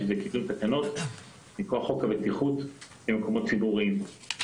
שהיא קידום תקנות מכוח חוק הבטיחות במקומות ציבוריים.